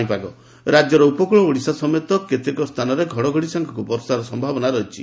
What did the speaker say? ପାଣିପାଗ ରାଜ୍ୟର ଉପକକଳ ଓଡ଼ିଶା ସମେତ ଅନ୍ୟ କେତେକ ସ୍ତାନରେ ଘଡ଼ଘଡ଼ି ସାଙ୍ଗକୁ ବର୍ଷାର ସମ୍ଭାବନା ରହିଛି